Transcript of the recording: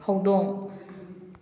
ꯍꯧꯗꯣꯡ